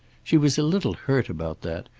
she was a little hurt about that,